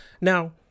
Now